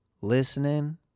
listening